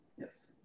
yes